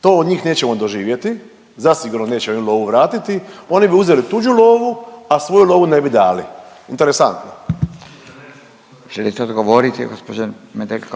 to od njih nećemo doživjeti, zasigurno neće oni lovu vratiti. Oni bi uzeli tuđu lovu, a svoju lovu ne bi dali, interesantno. **Radin, Furio